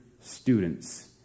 students